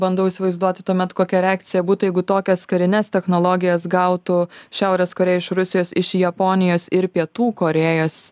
bandau įsivaizduoti tuomet kokia reakcija būtų jeigu tokias karines technologijas gautų šiaurės korėja iš rusijos iš japonijos ir pietų korėjos